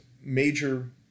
major